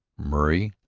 murray,